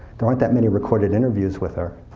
there aren't that many recorded interviews with her,